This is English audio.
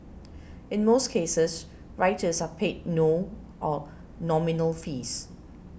in most cases writers are paid no or nominal fees